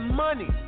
money